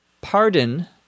pardon